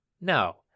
No